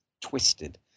twisted